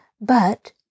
but